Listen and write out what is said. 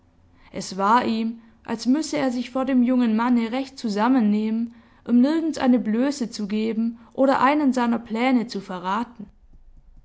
es war ihm als müsse er sich vor dem jungen manne recht zusammennehmen um nirgends eine blöße zu geben oder einen seiner pläne zu verraten